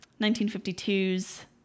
1952's